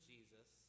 Jesus